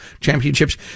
championships